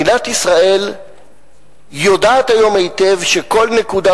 מדינת ישראל יודעת היום היטב שכל נקודה